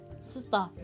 sister